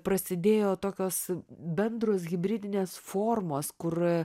prasidėjo tokios bendros hibridinės formos kur